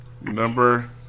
Number